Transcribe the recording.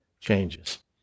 changes